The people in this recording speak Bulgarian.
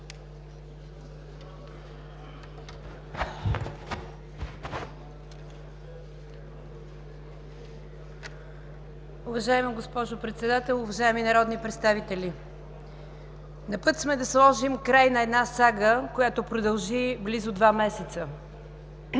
Уважаема госпожо Председател, уважаеми народни представители! На път сме да сложим край на една сага, която продължи близо два месеца.